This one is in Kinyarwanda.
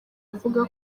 avuga